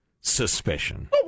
suspicion